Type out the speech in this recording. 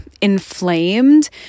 inflamed